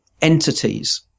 entities